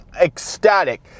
ecstatic